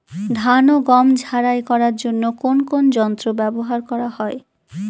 ধান ও গম ঝারাই করার জন্য কোন কোন যন্ত্র ব্যাবহার করা হয়?